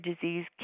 disease